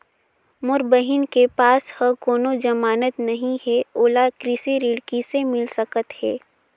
मोर बहिन के पास ह कोनो जमानत नहीं हे, ओला कृषि ऋण किसे मिल सकत हे?